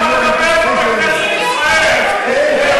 חבר הכנסת גטאס, אני מבקשת.